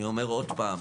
אני אומר עוד פעם,